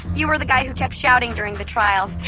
you were the guy who kept shouting during the trial.